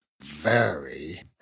Very